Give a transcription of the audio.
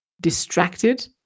distracted